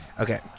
Okay